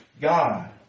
God